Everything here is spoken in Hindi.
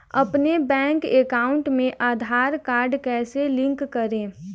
अपने बैंक अकाउंट में आधार कार्ड कैसे लिंक करें?